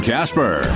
Casper